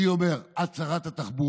אני אומר, את שרת התחבורה,